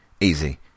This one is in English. easy